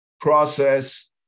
process